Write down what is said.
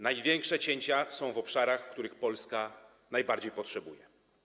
Największe cięcia są w obszarach, których Polska najbardziej potrzebuje.